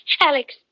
Alex